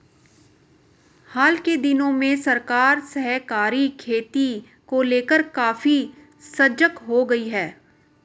हाल के दिनों में सरकार सहकारी खेती को लेकर काफी सजग हो गई है